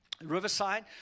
Riverside